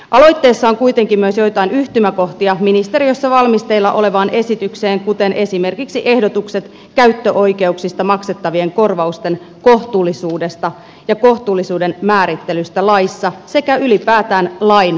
aloitteessa on kuitenkin myös joitain yhtymäkohtia ministeriössä valmisteilla olevaan esitykseen kuten esimerkiksi ehdotukset käyttöoikeuksista maksettavien korvausten kohtuullisuudesta ja kohtuullisuuden määrittelystä laissa sekä ylipäätään lain selkiyttämisestä